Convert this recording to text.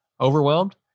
Overwhelmed